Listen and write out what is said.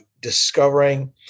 discovering